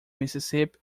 mississippi